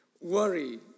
Worry